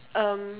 um